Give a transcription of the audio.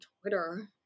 Twitter